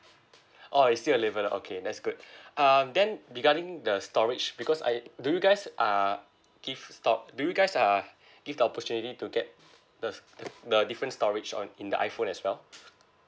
oh it's still availa~ okay that's good um then regarding the storage because I do you guys uh give sto~ do you guys uh give the opportunity to get the the different storage on in the iphone as well